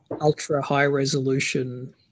ultra-high-resolution